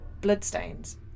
bloodstains